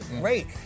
Great